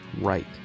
right